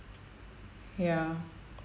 ya